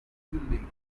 building